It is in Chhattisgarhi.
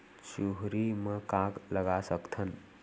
चुहरी म का लगा सकथन?